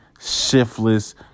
shiftless